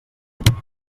català